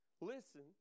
Listen